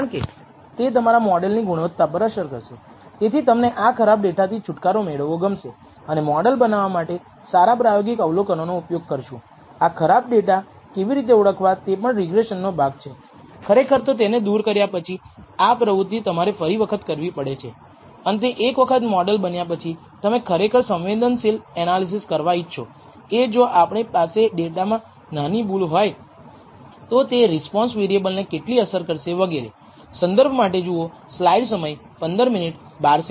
તેમાં 2 પરિમાણો હતા β0 અને β1 જે રજૂ કરે છે તેનો અર્થ એ છે કે ડેટા પોઇન્ટ્સમાંથી 2 નો ઉપયોગ β0 અને β1 નો અંદાજ કરવા માટે કરવામાં આવ્યો છે અને તેથી આ વર્ગના અંદાજ માટે ફક્ત બાકીના n 2 નમૂનાઓ ઉપલબ્ધ છે માની લો કે તમારી પાસે ફક્ત બે નમૂનાઓ છે તો તમારું અંશ બરાબર 0 હશે કારણ કે તમે તમારી વેરીએબિલીટી કરતાં બે નમૂનાઓથી વધુ છો અને તે ફેરફાર આશ્રિત ચલની એરરને કારણે થાય છે